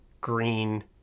green